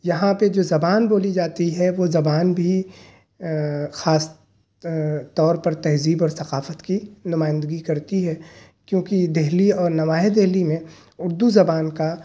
یہاں پہ جو زبان بولی جاتی ہے وہ زبان بھی خاص طور پر تہذیب اور ثقافت کی نمائندگی کرتی ہے کیونکہ دہلی اور نواحِ دہلی میں اردو زبان کا